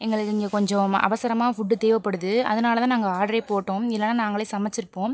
எங்களுக்கு இங்கே கொஞ்சம் அவசரமாக ஃபுட்டு தேவைப்படுது அதனால் தான் நாங்கள் ஆர்டரே போட்டோம் இல்லைனா நாங்களே சமைச்சுருப்போம்